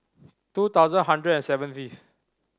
two thousand hundred and seventieth